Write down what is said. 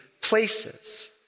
places